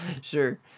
Sure